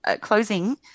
closing